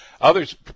Others